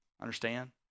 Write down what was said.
Understand